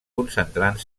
concentrant